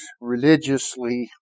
religiously